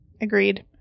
Agreed